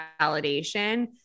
validation